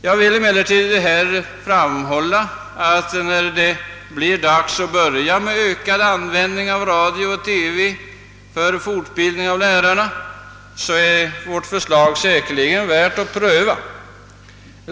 Jag vill emellertid framhålla, att när det blir dags att börja med ökad användning av radio och TV för fortbildning av lärarna, är vårt förslag säkerligen värt att pröva.